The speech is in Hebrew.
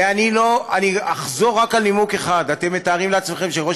אני אחזור רק על נימוק אחד: אתם מתארים לעצמכם שראש